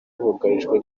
bugarijwe